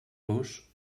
los